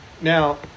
Now